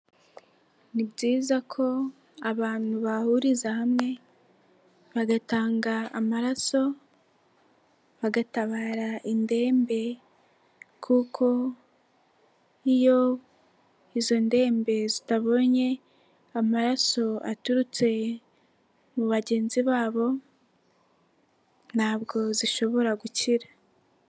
Ni byiza ko abantu bahuriza hamwe bagatanga amaraso bagatabara indembe kuko iyo izo ndembe zitabonye amaraso aturutse mu bagenzi babo ntabwo zishobora gukira.